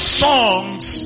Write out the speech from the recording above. songs